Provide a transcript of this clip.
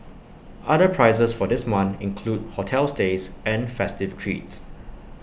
other prizes for this month include hotel stays and festive treats